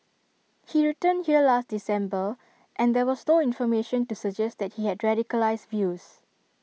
he returned here last December and there was no information to suggest that he had radicalised views